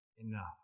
enough